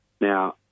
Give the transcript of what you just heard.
Now